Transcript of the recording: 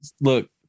Look